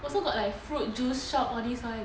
also got like fruit juice shop all these